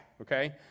okay